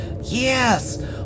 Yes